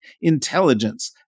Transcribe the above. intelligence